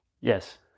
yes